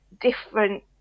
different